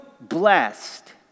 blessed